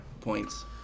points